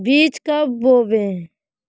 बीज कब होबे?